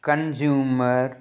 consumer